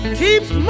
keeps